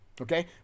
okay